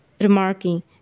remarking